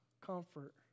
comfort